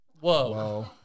Whoa